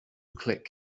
click